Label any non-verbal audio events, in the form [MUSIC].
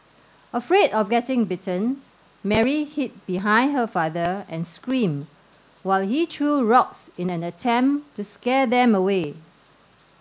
afraid of getting bitten Mary [NOISE] hid behind her [NOISE] father and screamed while he threw rocks in an attempt to scare them away